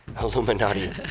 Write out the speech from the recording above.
Illuminati